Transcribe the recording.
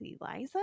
Eliza